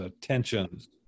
tensions